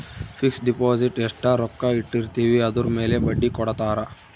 fix deposit ಎಸ್ಟ ರೊಕ್ಕ ಇಟ್ಟಿರ್ತಿವಿ ಅದುರ್ ಮೇಲೆ ಬಡ್ಡಿ ಕೊಡತಾರ